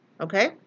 Okay